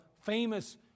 famous